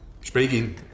speaking